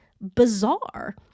bizarre